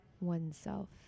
oneself